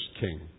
King